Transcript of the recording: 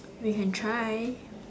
we can try